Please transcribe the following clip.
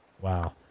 Wow